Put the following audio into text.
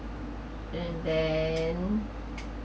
and then